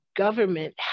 government